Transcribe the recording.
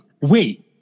wait